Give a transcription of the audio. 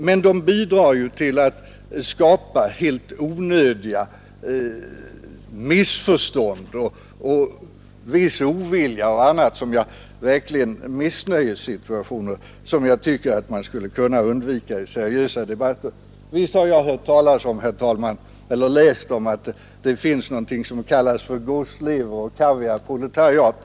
Men de bidrar till att skapa helt onödiga missförstånd i samhället och en ovilja människor emellan som jag tycker att man skulle kunna undvika i seriösa debatter. Visst har jag läst om att det finns något som kallas gåsleveroch kaviarproletariat.